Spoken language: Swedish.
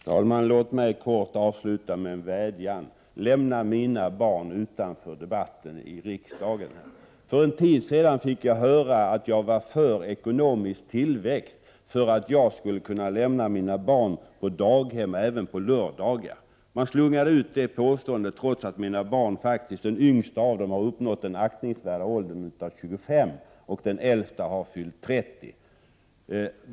Herr talman! Låt mig avsluta med en vädjan: Lämna mina barn utanför debatten i riksdagen! För en tid sedan fick jag höra att jag var för ekonomisk tillväxt — jag skulle kunna lämna mina barn på daghem även på lördagar. Detta påstående slungades ut trots att det yngsta av mina barn har uppnått den aktningsvärda åldern av 25 och det äldsta har fyllt 30.